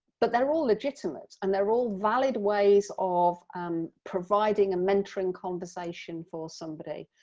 but they're all legitimate and they're all valid ways of um providing a mentoring conversation for somebody.